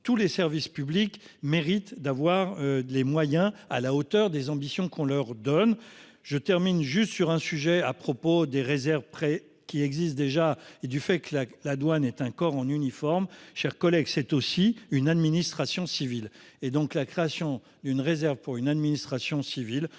tous les services publics mérite d'avoir les moyens à la hauteur des ambitions qu'on leur donne, je termine juste sur un sujet à propos des réserves près qui existent déjà et du fait que la, la douane est un corps en uniforme, chers collègues. C'est aussi une administration civile et donc la création d'une réserve pour une administration civile